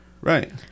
Right